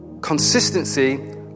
consistency